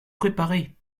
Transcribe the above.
préparé